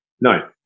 No